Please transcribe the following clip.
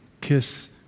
kiss